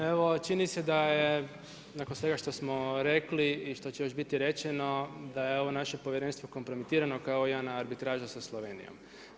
Evo, čini se da je nakon svega što smo rekli i što će još biti rečeno da je ovo naše povjerenstvo kompromitirano kao i ona arbitraža sa Slovenijom.